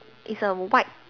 it's a white